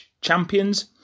champions